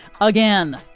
again